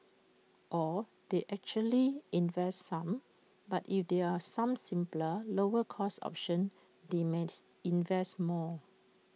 or they actually invest some but if there some simpler lower cost options they may invest more